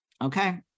okay